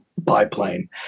biplane